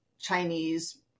Chinese